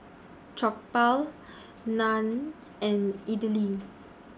Jokbal Naan and Idili